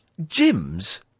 Gyms